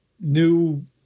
new